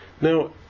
Now